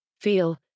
feel